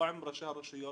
לא עם ראשי הרשויות,